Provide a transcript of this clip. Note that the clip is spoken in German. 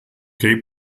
cape